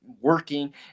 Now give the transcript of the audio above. working